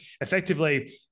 effectively